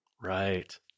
Right